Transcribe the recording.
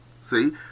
See